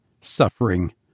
suffering